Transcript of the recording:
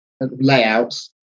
layouts